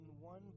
one